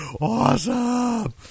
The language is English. awesome